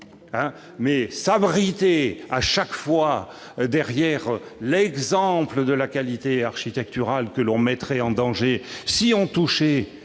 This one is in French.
pas s'abriter chaque fois derrière l'exemple de la qualité architecturale que l'on mettrait en danger. Arguer